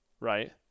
right